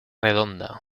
redonda